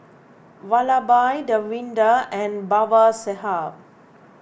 Vallabhbhai Davinder and Babasaheb